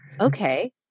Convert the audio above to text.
Okay